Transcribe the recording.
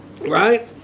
Right